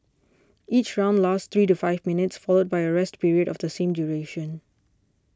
each round lasts three to five minutes followed by a rest period of the same duration